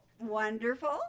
wonderful